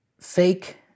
fake